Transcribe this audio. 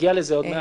נגיע לזה עוד מעט.